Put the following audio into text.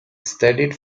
studied